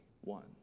one